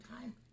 time